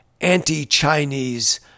anti-Chinese